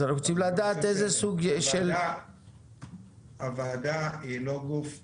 אנחנו רוצים לדעת איזה סוג של --- הוועדה היא לא גוף סטטוטורי,